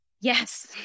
Yes